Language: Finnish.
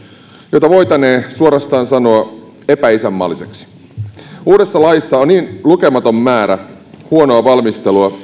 jota voitaneen suorastaan sanoa epäisänmaalliseksi uudessa laissa on niin lukematon määrä huonoa valmistelua